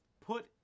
Put